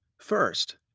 first,